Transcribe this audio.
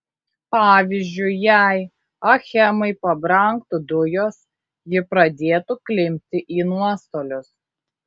pavyzdžiui jei achemai pabrangtų dujos ji pradėtų klimpti į nuostolius